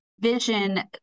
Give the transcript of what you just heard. vision